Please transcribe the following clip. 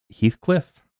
Heathcliff